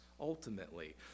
ultimately